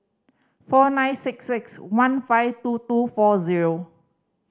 four nine six six one five two two four zero